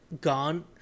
gone